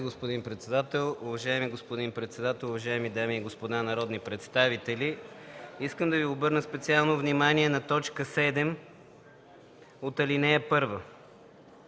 господин председател. Уважаеми господин председател, уважаеми дами и господа народни представители, искам да Ви обърна специално внимание на т. 7 от ал. 1